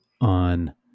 on